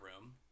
room